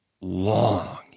long